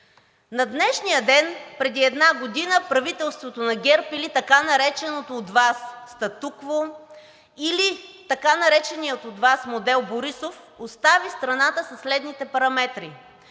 На днешния ден преди една година правителството на ГЕРБ, или така нареченото от Вас статукво, или така нареченият от Вас модел Борисов, остави страната със следните параметри: